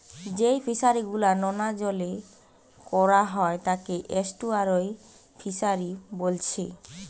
যেই ফিশারি গুলা নোনা জলে কোরা হয় তাকে এস্টুয়ারই ফিসারী বোলছে